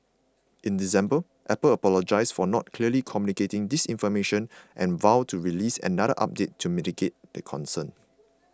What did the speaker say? in December Apple apologised for not clearly communicating this information and vowed to release another update to mitigate the concern